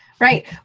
Right